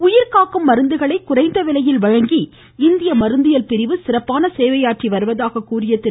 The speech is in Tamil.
உயிர் காக்கும் மருந்துகளை குறைந்த விலையில் வழங்கி இந்திய மருந்தியல் பிரிவு சிறப்பான சேவையாற்றி வருவதாக கூறிய திரு